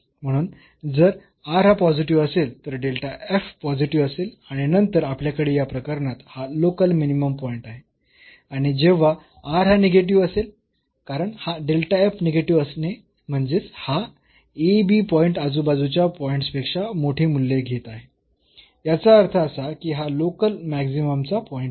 म्हणून जर r हा पॉझिटिव्ह असेल तर पॉझिटिव्ह असेल आणि नंतर आपल्याकडे या प्रकरणात हा लोकल मिनिमम पॉईंट आहे आणि जेव्हा r हा निगेटिव्ह असेल कारण हा निगेटिव्ह असणे म्हणजेच हा पॉईंट आजूबाजूच्या पॉईंट्स पेक्षा मोठी मूल्ये घेत आहे याचा अर्थ असा की हा लोकल मॅक्सिममचा पॉईंट आहे